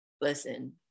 listen